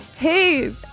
Hey